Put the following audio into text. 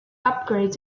upgrades